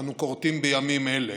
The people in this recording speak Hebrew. שאנו כורתים בימים אלה: